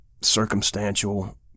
circumstantial